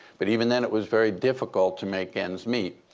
but even then, it was very difficult to make ends meet.